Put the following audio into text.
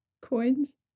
Coins